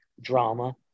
drama